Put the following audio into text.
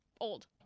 old